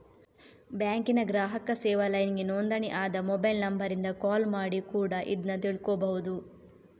ಬ್ಯಾಂಕಿನ ಗ್ರಾಹಕ ಸೇವಾ ಲೈನ್ಗೆ ನೋಂದಣಿ ಆದ ಮೊಬೈಲ್ ನಂಬರಿಂದ ಕಾಲ್ ಮಾಡಿ ಕೂಡಾ ಇದ್ನ ತಿಳ್ಕೋಬಹುದು